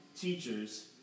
teachers